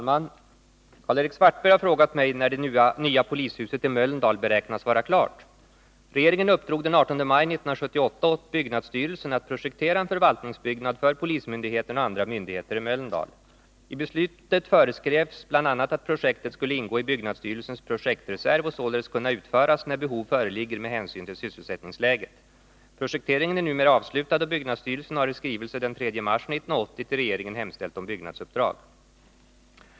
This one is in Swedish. Herr talman! Karl-Erik Svartberg har frågat mig när det nya polishuset i Mölndal beräknas vara klart. Regeringen uppdrog den 18 maj 1978 åt byggnadsstyrelsen att projektera en förvaltningsbyggnad för polismyndigheten och andra myndigheter i Mölndal. I beslutet föreskrevs bl.a. att projektet skulle ingå i byggnadsstyrelsens projektreserv och således kunna utföras när behov föreligger med hänsyn till sysselsättningsläget. Projekteringen är numera avslutad, och byggnadsstyrelsen har i skrivelse den 3 mars 1980 till regeringen hemställt om byggnadsuppdrag.